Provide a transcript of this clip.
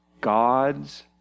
God's